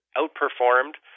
outperformed